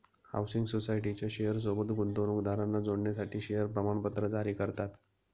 housing सोसायटीच्या share सोबत गुंतवणूकदारांना जोडण्यासाठी शेअर प्रमाणपत्र जारी करतात